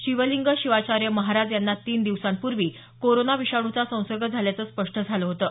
शिवलिंग शिवाचार्य महाराज यांना तीन दिवसांपूर्वी कोरोना विषाणूचा संसर्ग झाल्याचं स्पष्ट झालं होतं